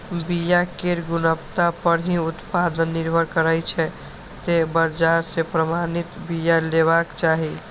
बिया केर गुणवत्ता पर ही उत्पादन निर्भर करै छै, तें बाजार सं प्रमाणित बिया लेबाक चाही